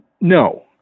No